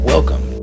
Welcome